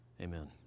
Amen